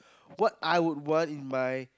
what I would want in my